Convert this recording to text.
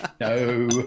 No